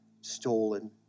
stolen